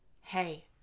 hey